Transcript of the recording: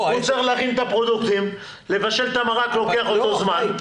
להכין את הפרודוקטים ולבשל את המרק לוקח אותו זמן.